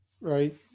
right